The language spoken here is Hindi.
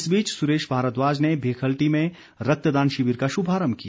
इस बीच सुरेश भारद्वाज ने भेखलटी में रक्तदान शिविर का शुभारंभ किया